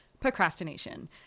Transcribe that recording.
procrastination